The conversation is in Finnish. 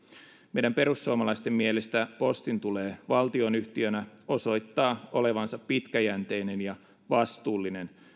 meidän perussuomalaisten mielestä postin tulee valtionyhtiönä osoittaa olevansa pitkäjänteinen ja vastuullinen